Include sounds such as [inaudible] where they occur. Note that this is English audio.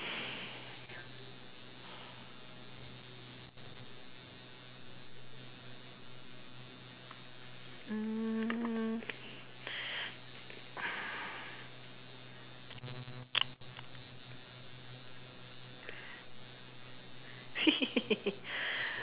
mm [laughs]